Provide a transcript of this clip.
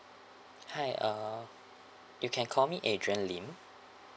hi uh you can call me A D R I A N L I M